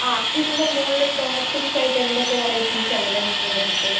ആ ഇതിൻ്റെ മുകളില് ടോപ്പിംഗ്സായിട്ടെന്തൊക്കെ വറൈറ്റീസാണ് ഉള്ളത് നിങ്ങളുടെയടുത്ത്